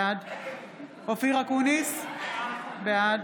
בעד אופיר אקוניס, בעד